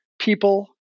people